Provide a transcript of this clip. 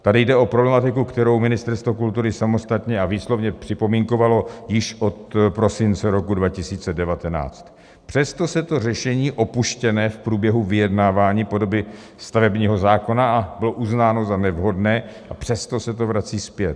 Tady jde o problematiku, kterou Ministerstvo kultury samostatně a výslovně připomínkovalo již od prosince roku 2019, přesto to řešení, opuštěné v průběhu vyjednávání podoby stavebního zákona, bylo uznáno za nevhodné, a přesto se to vrací zpět.